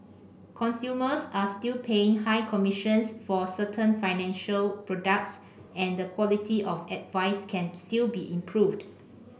consumers are still paying high commissions for certain financial products and the quality of advice can still be improved